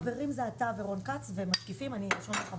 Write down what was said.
החברים זה אתה ורון כץ ואת המשקיפים אני ארשום לך.